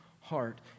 heart